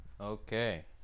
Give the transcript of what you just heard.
Okay